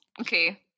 okay